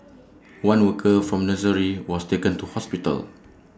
one worker from nursery was taken to hospital